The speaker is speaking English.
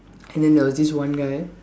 and then there was this one guy